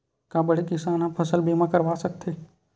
का बड़े किसान ह फसल बीमा करवा सकथे?